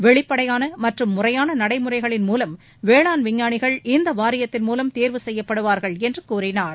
வெளிப்படையான மற்றும் முறையான நடைமுறைகளின் மூலம் வேளாண் விஞ்ஞாளிகள் இந்த வாரியத்தின் மூலம் தேர்வு செய்யப்படுவார்கள் என்று கூறினார்